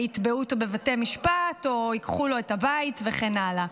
יתבעו אותו בבתי משפט או ייקחו לו את הבית וכן הלאה.